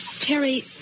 Terry